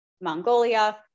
Mongolia